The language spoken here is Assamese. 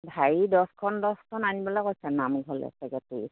ঢাৰি দছখন দছখন আনিবলে কৈছে নামঘৰৰ ছেক্ৰেটেৰীয়ে